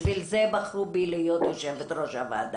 בשביל זה בחרו בי להיות יושבת-ראש הוועדה.